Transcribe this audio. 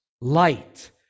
light